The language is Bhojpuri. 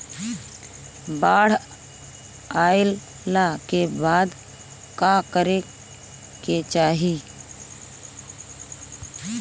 बाढ़ आइला के बाद का करे के चाही?